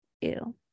Ew